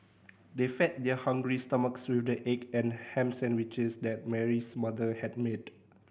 they fed their hungry stomachs with the egg and ham sandwiches that Mary's mother had made